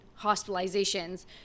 hospitalizations